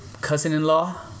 cousin-in-law